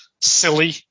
silly